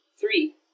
Three